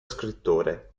scrittore